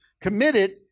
committed